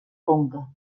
conca